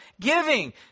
giving